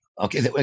okay